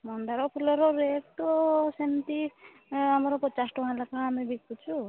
ମନ୍ଦାର ଫୁଲର ରେଟ୍ ତ ସେମତି ଆମର ପଚାଶ ଟଙ୍କା ଲେଖାଁ ଆମେ ବିକୁଛୁ